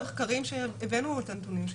כן, הבאנו את הנתונים.